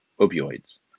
opioids